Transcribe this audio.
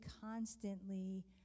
constantly